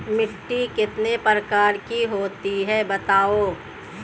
मिट्टी कितने प्रकार की होती हैं बताओ?